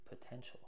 potential